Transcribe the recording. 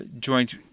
joint